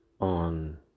on